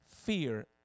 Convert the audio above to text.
fear